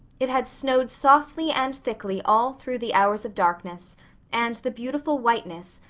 it had snowed softly and thickly all through the hours of darkness and the beautiful whiteness,